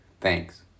Thanks